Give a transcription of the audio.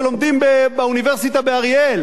שלומדים באוניברסיטה באריאל